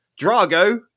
Drago